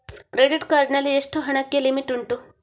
Credit card ನಲ್ಲಿ ಎಷ್ಟು ಹಣಕ್ಕೆ ಲಿಮಿಟ್ ಉಂಟು?